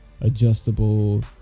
adjustable